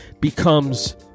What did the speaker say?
becomes